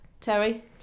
terry